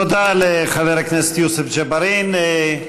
תודה לחבר הכנסת יוסף ג'בארין.